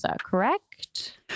correct